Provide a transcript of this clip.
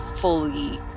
fully